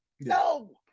No